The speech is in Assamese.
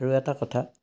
আৰু এটা কথা